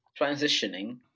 transitioning